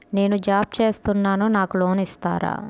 నేను జాబ్ చేస్తున్నాను నాకు లోన్ ఇస్తారా?